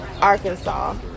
Arkansas